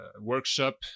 workshop